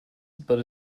but